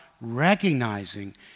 recognizing